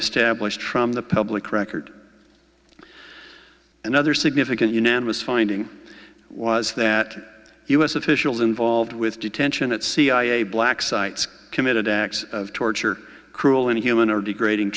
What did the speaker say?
established from the public record another significant unanimous finding was that u s officials involved with detention at cia black sites committed acts of torture cruel inhuman or degrading